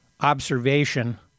observation